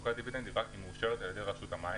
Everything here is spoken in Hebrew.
חלוקה זו מאושרת על ידי רשות המים,